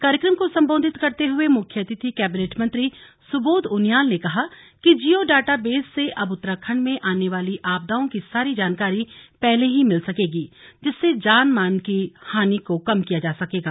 कार्यक्रम को संबोधित करते हुए मुख्य अतिथि कैबिनेट मंत्री सुबोध उनियाल ने कहा कि जिओ डाटा बेस से अब उत्तराखंड में आने वाली आपदाओं की सारी जानकारी पहले ही मिल सकेगी जिससे जान माल की हानि को कम किया जा सकेगा